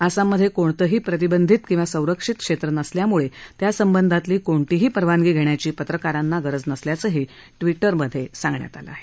आसाममधे कोणतंही प्रतिबंधित किंवा संरक्षित क्षेत्र नसल्यामुळे त्यासंबंधातली कोणतीही परवानगी घेण्याची पत्रकारांना गरज नसल्याचंही ट्वीटरवर म्हटलं आहे